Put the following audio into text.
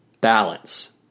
balance